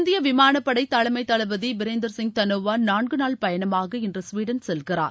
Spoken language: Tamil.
இந்திய விமானப்படை தலைமைத் தளபதி பிரேந்தர் சிங் தனோவா நான்குநாள் பயணமாக இன்று ஸ்வீடன் செல்கிறார்